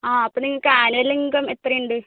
ആ അപ്പം നിങ്ങൾക്ക് ആനുവൽ ഇൻകം എത്രയുണ്ട്